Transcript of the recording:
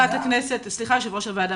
סליחה, יושבת-ראש הוועדה.